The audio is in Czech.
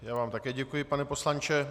Já vám také děkuji, pane poslanče.